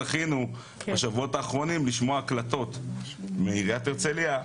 זכינו בשבועות האחרונים לשמוע הקלטות מעיריית הרצליה,